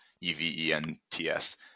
E-V-E-N-T-S